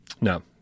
No